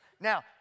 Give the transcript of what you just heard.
Now